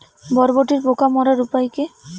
বরবটির পোকা মারার উপায় কি?